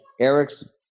Eric's